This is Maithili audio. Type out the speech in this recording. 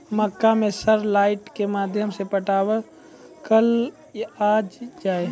मक्का मैं सर लाइट के माध्यम से पटवन कल आ जाए?